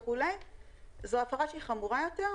זו הפרה חמורה יותר,